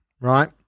right